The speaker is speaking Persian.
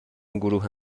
گروه